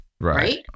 right